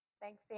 Thanks